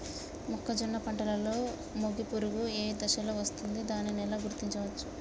మొక్కజొన్న పంటలో మొగి పురుగు ఏ దశలో వస్తుంది? దానిని ఎలా గుర్తించవచ్చు?